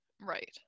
Right